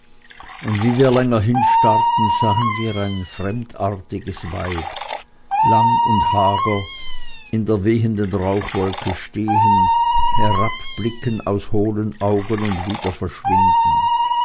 und wie wir länger hinstarrten sahen wir ein fremdartiges weib lang und hager in der webenden rauchwolke stehen herabblicken aus hohlen augen und wieder verschwinden